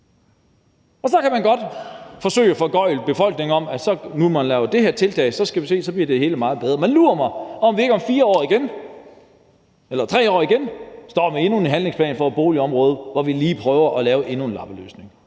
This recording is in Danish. Og så kan man godt forsøge at foregøgle befolkningen, at når man nu laver det her tiltag, skal vi nok få at se, at så bliver det hele meget bedre. Men lur mig, om ikke vi om 3 år igen står med endnu en handlingsplan for et boligområde, hvor vi lige prøver at lave endnu en lappeløsning.